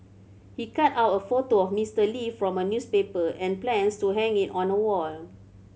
he cut out a photo of Mister Lee from a newspaper and plans to hang it on a wall